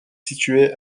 situé